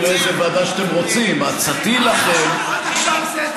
אל תקצר, אל תקצר.